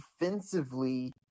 defensively